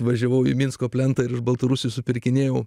važiavau į minsko plentą ir iš baltarusijos supirkinėjau